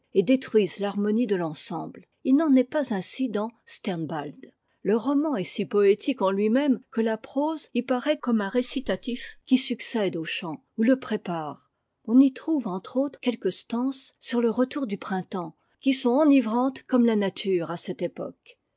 et détruisent l'harmonie de l'ensemble h n'en est pas ainsi dans sternbald le roman est si poétique en lui-même que la prose y paraît comme un récitatif qui succède au chant ou le prépare on y trouve entre autres quelques stances sur le retour du printemps qui sont enivrantes comme la nature à cette époque